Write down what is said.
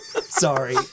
Sorry